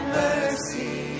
mercy